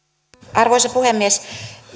arvoisa puhemies